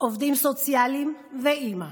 עובדים סוציאליים ואימא.